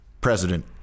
president